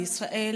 בישראל,